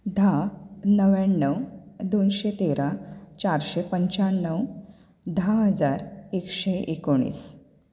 धा णव्याणव दोनशी तेरा चारशीं पंच्चाणव धा हजार एकशें एकोणीस